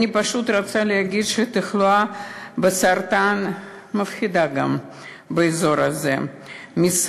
אני פשוט רוצה להגיד שהתחלואה בסרטן באזור הזה מפחידה.